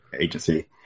agency